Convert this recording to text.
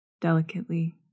delicately